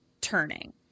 turning